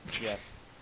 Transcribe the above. Yes